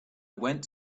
went